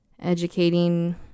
educating